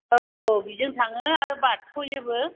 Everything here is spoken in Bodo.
औ औ बिजों थाङो आरो बारस'योबो